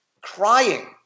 crying